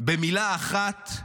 במילה אחת,